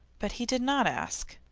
but he did not ask.